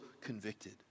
convicted